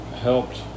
helped